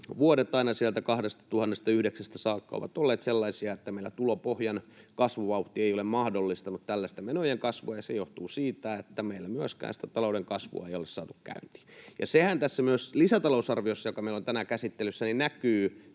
vuodet aina sieltä 2009:stä saakka ovat olleet sellaisia, että meillä tulopohjan kasvuvauhti ei ole mahdollistanut tällaista menojen kasvua, ja se johtuu siitä, että meillä myöskään sitä talouden kasvua ei ole saatu käyntiin. Sehän myös tässä lisätalousarviossa, joka meillä on tänään käsittelyssä, näkyy